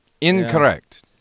Incorrect